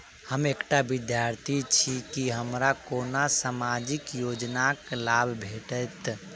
हम एकटा विद्यार्थी छी, की हमरा कोनो सामाजिक योजनाक लाभ भेटतय?